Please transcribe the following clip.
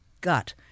gut